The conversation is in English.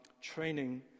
training